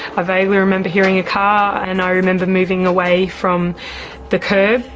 i vaguely remember hearing a car and i remember moving away from the curb.